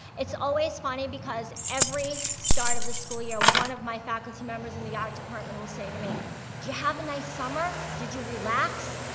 it's always funny because every start of the school year, one of my faculty members in the art department will say to me, did you have a nice summer? did you relax?